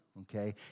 Okay